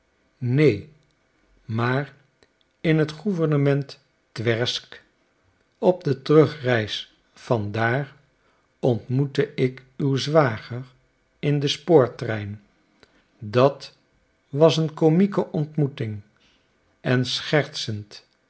neen maar in het gouvernement twersk op de terugreis van daar ontmoette ik uw zwager in den spoortrein dat was een komieke ontmoeting en schertsend